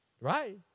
right